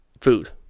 food